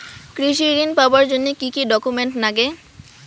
কৃষি ঋণ পাবার জন্যে কি কি ডকুমেন্ট নাগে?